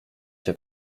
się